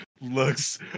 looks